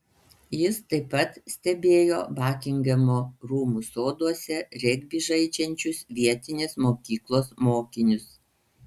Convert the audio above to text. jis taip pat stebėjo bakingamo rūmų soduose regbį žaidžiančius vietinės mokyklos mokinius